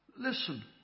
Listen